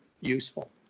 useful